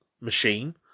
machine